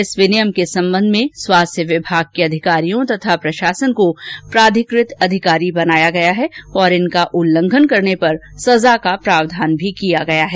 इस विनियम के संबंध में स्वास्थ्य विभाग के अधिकारियों तथा प्रशासन को प्राधिकृत अधिकारी बनाया गया है और इनका उल्लंघन करने पर सजा का प्रावधान भी किया गया है